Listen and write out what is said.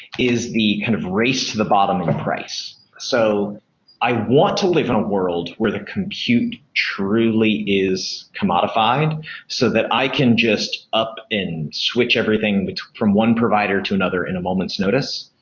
is the kind of race to the bottom of the price. so i want to live in a world where the compute truly is commodified so that i can just up and switch everything from one provider to another in a moments' notice.